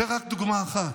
זאת רק דוגמה אחת.